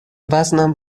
وزنم